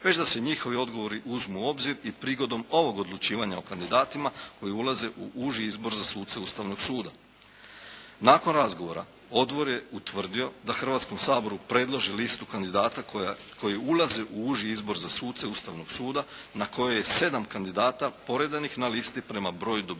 već da se njihovi odgovori uzmu u obzir i prigodom ovog odlučivanja o kandidatima koji ulaze u uži izbor za suce Ustavnog suda. Nakon razgovora odbor je utvrdio da Hrvatskom saboru predloži listu kandidata koji ulaze u uži izbor za suce Ustavnog suda na koje je sedam kandidata poredanih na listi prema broju dobivenih glasova.